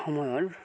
সময়ৰ